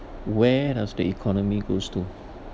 where does the economy goes to